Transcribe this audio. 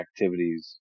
activities